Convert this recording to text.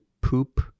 poop